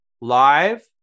live